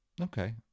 okay